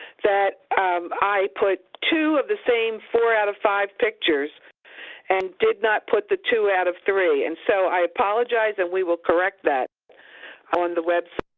that i put two of the same four out of five pictures and did not put the two out of three, and so i apologize, and we will correct that on the website.